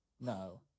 no